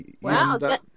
Wow